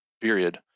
period